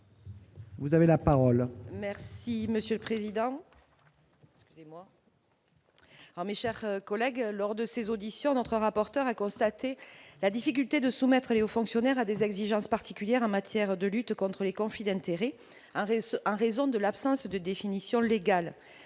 Vous avez la parole. Merci monsieur le président. Alors, mes chers collègues, lors de ses auditions, notre rapporteur, a constaté la difficulté de soumettre Les aux fonctionnaires à des exigences particulières en matière de lutte contre les conflits d'intérêts alors ce en raison de l'absence de définition légale,